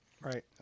Right